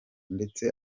ndetse